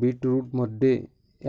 बीटरूटमध्ये